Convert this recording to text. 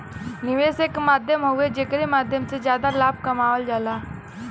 निवेश एक माध्यम हउवे जेकरे माध्यम से जादा लाभ कमावल जाला